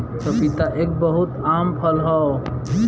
पपीता एक बहुत आम फल हौ